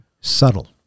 Subtle